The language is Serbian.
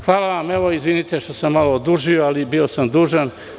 Hvala vam i izvinite što sam malo odužio, ali bio sam dužan.